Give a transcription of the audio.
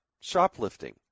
shoplifting